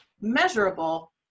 measurable